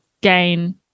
gain